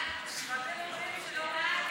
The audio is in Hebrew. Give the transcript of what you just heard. חוק הספורט (תיקון מס' 15),